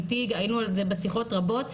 היינו על זה בשיחות רבות,